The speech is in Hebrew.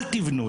אל תיבנו.